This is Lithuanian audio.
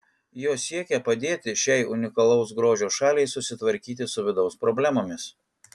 jos siekia padėti šiai unikalaus grožio šaliai susitvarkyti su vidaus problemomis